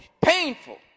Painful